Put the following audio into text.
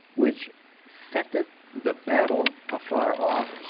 which scenteth the battle afar off,